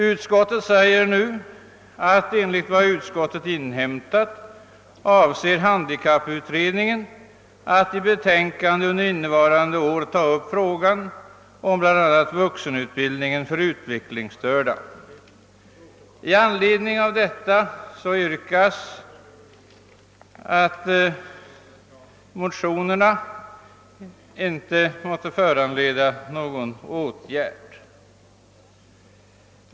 Utskottet säger nu, att enligt vad utskottet inhämtat avser handikapputredningen att i betänkande innevarande år ta upp frågan om bl.a. vuxenutbildningen för utvecklingsstörda. I anledning av detta yrkas att motionerna icke måtte föranleda någon åtgärd.